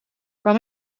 kan